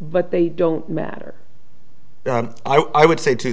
but they don't matter i would say two